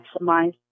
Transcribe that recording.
maximize